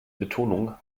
betonung